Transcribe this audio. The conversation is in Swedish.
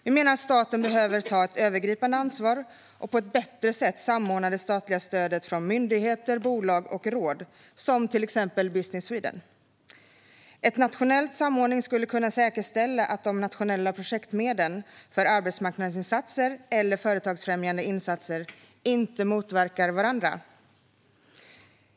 Vi menar att staten behöver ta ett övergripande ansvar och på ett bättre sätt samordna det statliga stödet från myndigheter, bolag och råd som till exempel Business Sweden. En nationell samordning skulle kunna säkerställa att de nationella projektmedlen för arbetsmarknadsinsatser eller företagsfrämjande insatser inte motverkar varandra.